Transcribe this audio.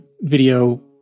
video